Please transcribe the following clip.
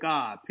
God